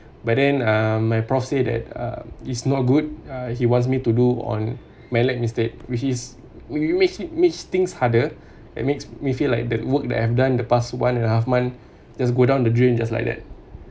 but then um my prof say that uh it's not good uh he wants me to do on matlab instead which is you makes makes things harder it makes me feel like the work that I've done in the past one and a half month just go down the drain just like that